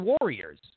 warriors